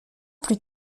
plus